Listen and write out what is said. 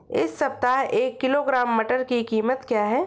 इस सप्ताह एक किलोग्राम मटर की कीमत क्या है?